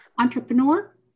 Entrepreneur